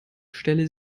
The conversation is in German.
stelle